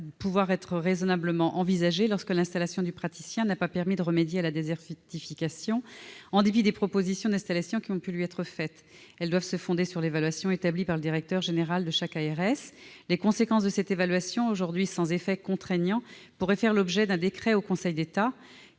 pourraient être raisonnablement envisagées lorsque l'installation du praticien n'a pas permis de remédier à la désertification, en dépit des propositions d'installation qui lui ont été faites. Ces mesures doivent se fonder sur l'évaluation établie par le directeur général de chaque ARS. Les conséquences de cette évaluation, aujourd'hui sans effet contraignant, pourraient faire l'objet d'un décret en Conseil d'État